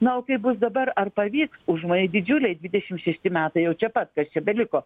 nao kaip bus dabar ar pavyks užmojai didžiuliai dvidešimt šešti metai jau čia pat kas čia beliko